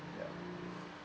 ya